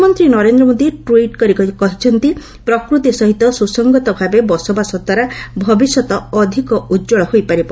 ପ୍ରଧାନମନ୍ତ୍ରୀ ନରେନ୍ଦ୍ର ମୋଦି ଟ୍ୱିଟ୍ କରି କହିଛନ୍ତି ପ୍ରକୃତି ସହିତ ସୁସଙ୍ଗତ ଭାବେ ବସବାସଦ୍ୱାରା ଭବିଷ୍ୟତ ଅଧିକ ଉଜ୍ଜଳ ହୋଇପାରିବ